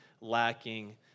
lacking